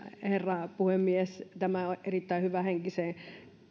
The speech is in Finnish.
herra puhemies tämän erittäin hyvähenkisen